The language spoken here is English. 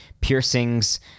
piercings